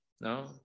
no